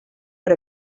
per